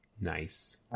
Nice